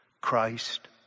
Christ